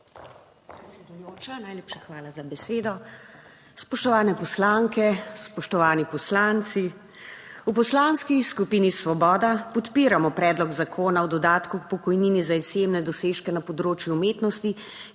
hvala za besedo. Spoštovane poslanke, spoštovani poslanci! V Poslanski skupini Svoboda podpiramo Predlog zakona o dodatku k pokojnini za izjemne dosežke na področju umetnosti,